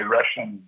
Russian